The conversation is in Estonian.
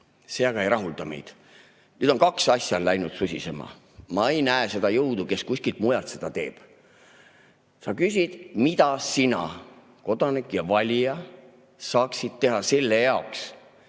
See aga ei rahulda meid. Nüüd on kaks asja läinud susisema. Ma ei näe seda jõudu, kes kuskilt mujalt seda teeb. Sa küsid, mida sina, kodanik ja valija, saaksid teha selle jaoks,